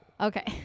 Okay